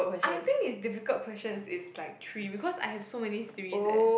I think is difficult questions is like three because I have got so many threes eh